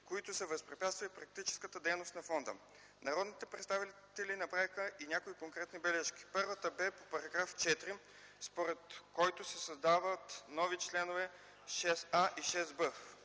които са възпрепятствали практическата дейност във фонда. Народните представители направиха и някои конкретни бележки. Първата бе по § 4, според който се създават нови членове 6а и 6б.